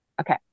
Okay